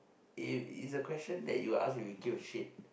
it's a question that you ask if you give a shit